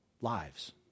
lives